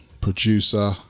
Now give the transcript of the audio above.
producer